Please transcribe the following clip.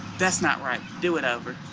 that's not right. do it over.